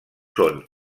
són